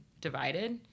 divided